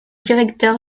directeur